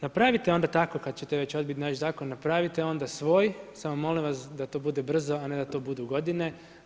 Napravite onda tako kad ćete već odbiti naš zakon, napravite onda svoj, samo molim vas da to bude brzo, a ne da to budu godine.